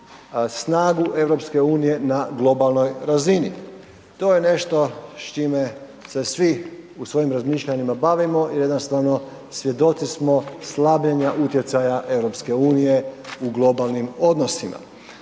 snagu EU na globalnoj razini. To je nešto s čime se svi u svojim razmišljanjima bavimo i jednostavno svjedoci smo slabljenja utjecaja EU u globalnim odnosima.